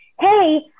hey